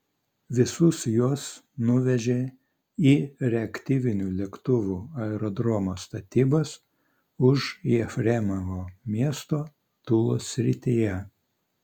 visus juos nuvežė į reaktyvinių lėktuvų aerodromo statybas už jefremovo miesto tulos srityje